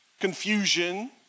confusion